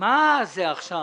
מה זה עכשיו?